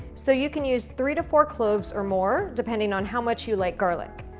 so you can use three to four cloves or more, depending on how much you like garlic.